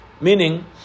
Meaning